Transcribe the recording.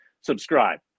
subscribe